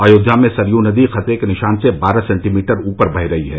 अयोध्या में सरयू नदी खतरे के निशान से बारह सेंटीमीटर ऊपर बह रही है